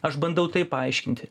aš bandau tai paaiškinti